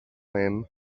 him